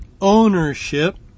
ownership